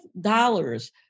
dollars